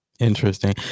Interesting